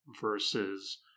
versus